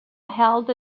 held